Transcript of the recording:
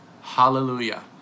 Hallelujah